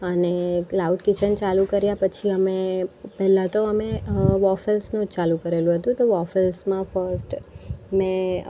અને cloud kitchen ચાલુ કર્યા પછી અમે પહેલા તો અમે વોફેલ્સનું ચાલુ કરેલું હતું તો વોફેલ્સમાં ફર્સ્ટ મેં